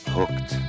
Hooked